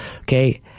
okay